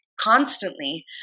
constantly